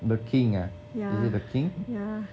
the king ah is it the king